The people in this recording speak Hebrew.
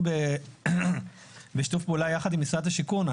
אנחנו בשיתוף פעולה עם משרד השיכון.